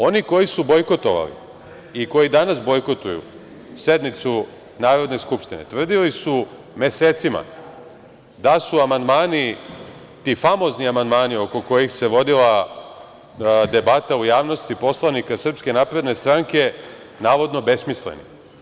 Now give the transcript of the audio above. Oni koji su bojkotovali i koji danas bojkotuju sednicu Narodne skupštine tvrdili su mesecima da su amandmani, ti famozni amandmani oko kojih se vodila debata u javnosti poslanika SNS, navodno besmisleni.